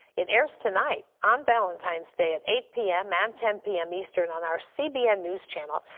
it airs tonight on valentine's day at eight pm and ten pm eastern on our cbn news channel.